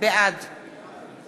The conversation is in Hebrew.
בעד